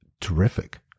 terrific